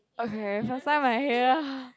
okay first time I hear